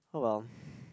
oh well